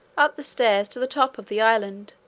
up the stairs, to the top of the island,